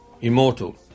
Immortal